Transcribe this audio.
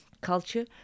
culture